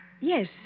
Yes